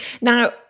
now